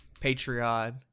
Patreon